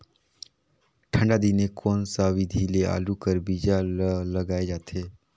ठंडा दिने कोन सा विधि ले आलू कर बीजा ल लगाल जाथे?